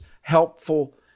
helpful